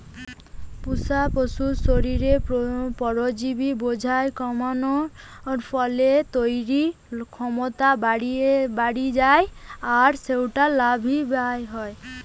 পুশা পশুর শরীরে পরজীবি বোঝা কমানার ফলে তইরির ক্ষমতা বাড়ি যায় আর সউটা লাভ বি হয়